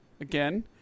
again